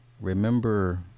remember